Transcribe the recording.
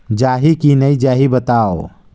जाही की नइ जाही बताव?